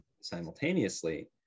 simultaneously